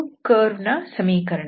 ಇದು ಕರ್ವ್ ನ ಸಮೀಕರಣ